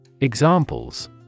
Examples